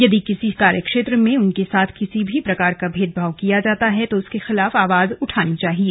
यदि किसी कार्यक्षेत्र में उनके साथ किसी भी प्रकार का भेदभाव किया जाता है तो उसके खिलाफ आवाज उठानी चाहिये